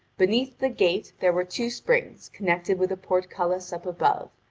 beneath the gate there were two springs connected with a portcullis up above,